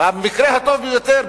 במקרה הטוב ביותר,